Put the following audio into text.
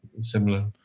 similar